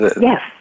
Yes